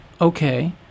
okay